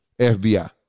FBI